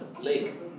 lake